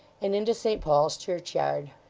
and into st paul's churchyard.